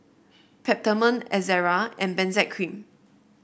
Peptamen Ezerra and Benzac Cream